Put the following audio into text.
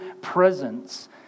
presence